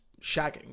shagging